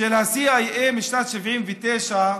של ה-CIA משנת 1979,